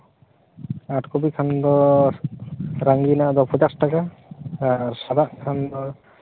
ᱟᱴ copy ᱠᱷᱟᱱ ᱫᱚ ᱨᱚᱝᱜᱤᱱᱟᱜ ᱫᱚ ᱯᱚᱪᱟᱥ ᱴᱟᱠᱟ ᱟᱨ ᱥᱟᱫᱟᱣᱟᱜ ᱠᱷᱟᱱ ᱫᱚ